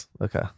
Okay